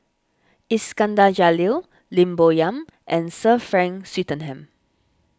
Iskandar Jalil Lim Bo Yam and Sir Frank Swettenham